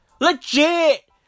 Legit